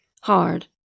hard